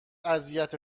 اذیت